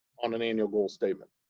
on an annual goal statement.